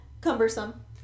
cumbersome